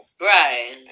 Right